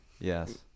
Yes